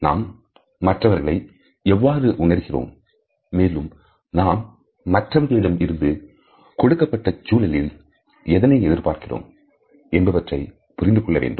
நாம் மற்றவர்களை எவ்வாறு உணர்கிறோம் மேலும் நாம் மற்றவர்களிடம் இருந்து கொடுக்கப்பட்ட சூழலில் எதனை எதிர்பார்க்கிறோம் என்பவற்றை புரிந்துகொள்ளவேண்டும்